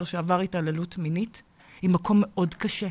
שעבר התעללות מינית הוא מקום מאוד קשה,